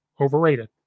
Overrated